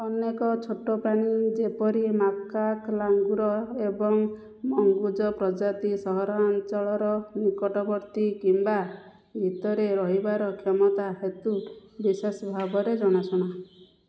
ଅନେକ ଛୋଟ ପ୍ରାଣୀ ଯେପରି ମାକାକ ଲାଙ୍ଗୁର ଏବଂ ମଙ୍ଗୁଜ୍ ପ୍ରଜାତି ସହରାଞ୍ଚଳର ନିକଟବର୍ତ୍ତୀ କିମ୍ବା ଭିତରେ ରହିବାର କ୍ଷମତା ହେତୁ ବିଶେଷ ଭାବରେ ଜଣାଶୁଣା